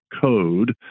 Code